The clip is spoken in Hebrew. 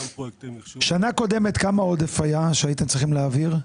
שנה קודמת כמה עודף היה שהייתם צריכים להעביר?